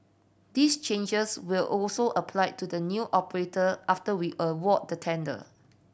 these changes will also apply to the new operator after we award the tender